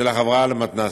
החברה למתנ"סים.